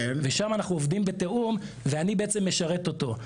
שם אנחנו עובדים בתיאום, ואני בעצם משרת אותו.